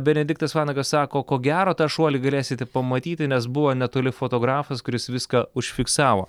benediktas vanagas sako ko gero tą šuolį galėsite pamatyti nes buvo netoli fotografas kuris viską užfiksavo